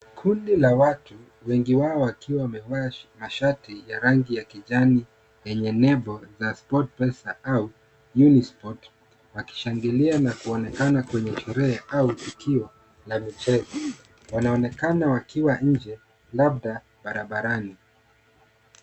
Kundi la watu wengi wao wakiwa wamevaa shati ya rangi ya kijani zenye nembo za Sportpesa au Unisport wakishangilia na kuonekana kwenye sherehe au tukio la michezo wanaonekana wakiwa nje au barabarani.